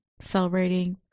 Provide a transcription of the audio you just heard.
celebrating